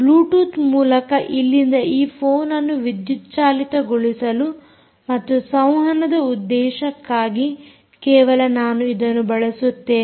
Bluetooth ಮೂಲಕ ಇಲ್ಲಿಂದ ಈ ಫೋನ್ಅನ್ನು ವಿದ್ಯುತ್ ಚಾಲಿತಗೊಳಿಸಲು ಮತ್ತು ಸಂವಹನದ ಉದ್ದೇಶಕ್ಕಾಗಿ ಕೇವಲ ನಾನು ಇದನ್ನು ಬಳಸುತ್ತೇನೆ